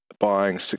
buying